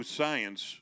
science